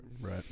right